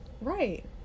right